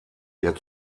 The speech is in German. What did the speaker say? der